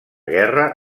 guerra